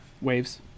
Waves